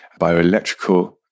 bioelectrical